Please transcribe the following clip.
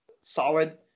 solid